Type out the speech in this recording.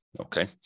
Okay